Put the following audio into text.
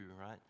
right